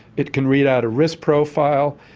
it can read out a risk profile,